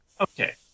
Okay